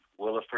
Williford